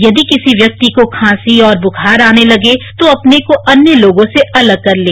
यदि किसी व्यक्ति को खांसी और बुखार आने लगे तो अपने को अन्य लोगों से अलग कर लें